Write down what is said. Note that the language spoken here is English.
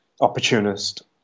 opportunist